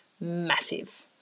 massive